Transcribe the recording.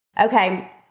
Okay